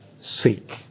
seek